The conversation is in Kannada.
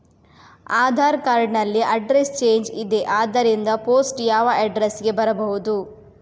ಆಧಾರ್ ಕಾರ್ಡ್ ನಲ್ಲಿ ಅಡ್ರೆಸ್ ಚೇಂಜ್ ಇದೆ ಆದ್ದರಿಂದ ಪೋಸ್ಟ್ ಯಾವ ಅಡ್ರೆಸ್ ಗೆ ಬರಬಹುದು?